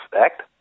Act